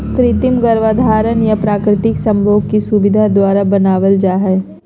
कृत्रिम गर्भाधान या प्राकृतिक संभोग की सुविधा द्वारा बनाबल जा हइ